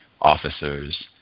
officers